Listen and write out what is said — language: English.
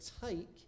take